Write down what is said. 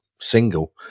single